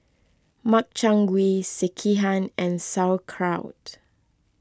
Makchang Gui Sekihan and Sauerkraut